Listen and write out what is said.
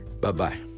Bye-bye